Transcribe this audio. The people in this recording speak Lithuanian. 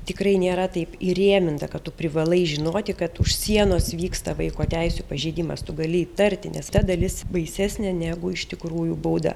tikrai nėra taip įrėminta kad tu privalai žinoti kad už sienos vyksta vaiko teisių pažeidimas tu gali įtarti nes ta dalis baisesnė negu iš tikrųjų bauda